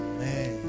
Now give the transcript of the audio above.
Amen